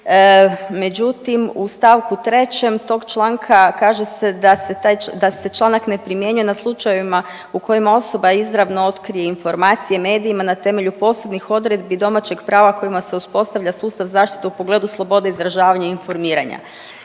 međutim u st. 3. tog članka kaže se da se članak ne primjenjuje na slučajevima u kojima osoba izravno otkrije informacije medijima na temelju posebnih odredbi domaćeg prava kojima se uspostavlja sustav zaštite u pogledu slobode izražavanja i informiranja.